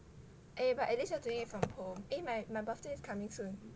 eh but at least you are doing it from home eh my my birthday is coming soon